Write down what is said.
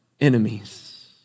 enemies